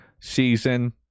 season